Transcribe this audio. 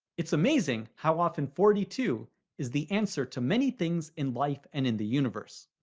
it's amazing how often forty two is the answer to many things in life and in the universe.